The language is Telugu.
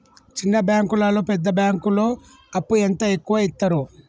చిన్న బ్యాంకులలో పెద్ద బ్యాంకులో అప్పు ఎంత ఎక్కువ యిత్తరు?